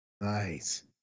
Nice